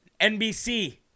NBC